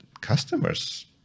customers